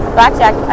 Blackjack